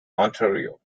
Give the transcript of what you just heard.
ontario